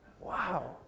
Wow